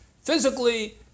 physically